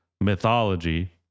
mythology